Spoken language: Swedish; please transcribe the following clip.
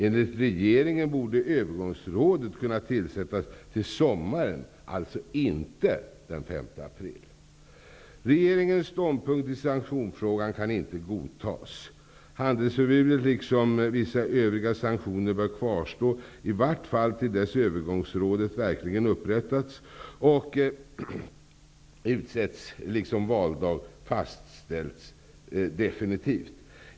Enligt regeringen borde övergångsrådet kunna tillsättas till sommaren, alltså inte den 5 april. Regeringens ståndpunkt i sanktionsfrågan kan inte godtas. Handelsförbudet liksom vissa andra sanktioner bör kvarstå, i vart fall till dess övergångsrådet verkligen upprättats och utsetts, liksom till dess valdag fastställts definitivt.